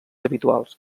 habituals